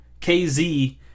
KZ